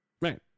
Right